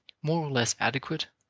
more or less adequate,